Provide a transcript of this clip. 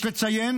יש לציין,